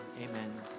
Amen